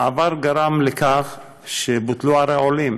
העבר גרם לכך שבוטלו ערי עולים,